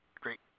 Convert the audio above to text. great